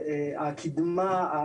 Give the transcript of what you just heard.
הקידמה,